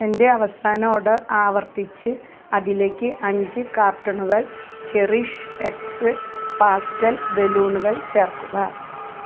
എന്റെ അവസാന ഓർഡർ ആവർത്തിച്ച് അതിലേക്ക് അഞ്ച് കാർട്ടണുകൾ ചെറിഷ്എക്സ് പാസ്റ്റൽ ബലൂണുകൾ ചേർക്കുക